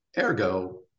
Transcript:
Ergo